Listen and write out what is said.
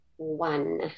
one